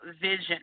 vision